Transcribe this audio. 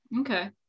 Okay